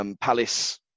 Palace